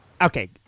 Okay